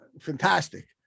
fantastic